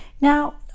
Now